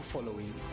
following